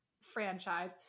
franchise